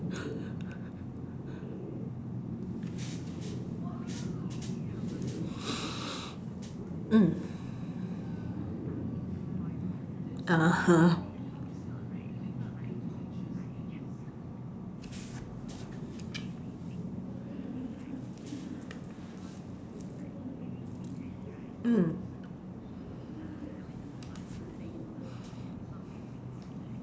mm (uh huh) mm